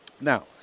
Now